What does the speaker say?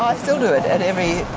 um still do it at every